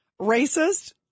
racist